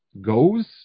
goes